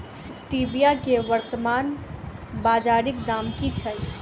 Stevia केँ वर्तमान बाजारीक दाम की छैक?